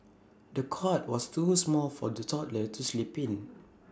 the cot was too small for the toddler to sleep in